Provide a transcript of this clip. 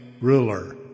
ruler